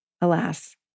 alas